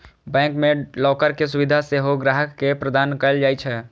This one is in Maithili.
बैंक मे लॉकर के सुविधा सेहो ग्राहक के प्रदान कैल जाइ छै